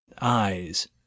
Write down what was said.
...eyes